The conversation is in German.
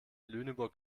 lüneburg